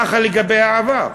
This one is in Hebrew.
ככה לגבי העבר,